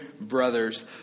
brothers